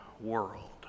world